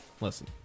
Listen